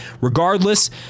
Regardless